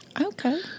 Okay